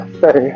say